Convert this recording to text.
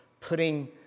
putting